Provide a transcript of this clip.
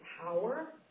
power